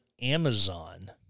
Amazon